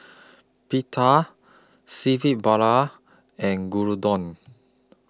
Pita Seafood Paella and Gyudon